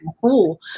cool